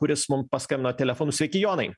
kuris mums paskambino telefonu sveiki jonai